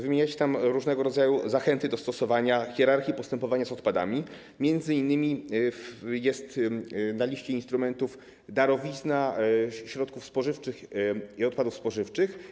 Wymieniacie tam różnego rodzaju zachęty do stosowania hierarchii postępowania z odpadami, m.in. jest na liście tych instrumentów darowizna środków spożywczych i odpadów spożywczych.